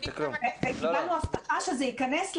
קיבלנו הבטחה שזה ייכנס